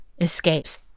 escapes